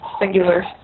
singular